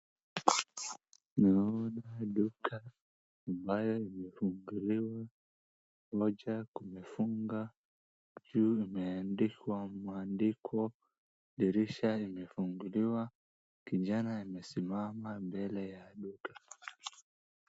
Naona duka ambayo imefunguliwa, moja kumefunga, juu imeandikwa maandiko. Dirisha imefunguliwa. Kijana amesimama mbele ya duka.